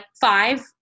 five